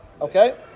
Okay